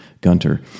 Gunter